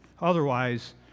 otherwise